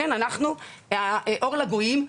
אנחנו אור לגויים,